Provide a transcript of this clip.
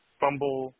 fumble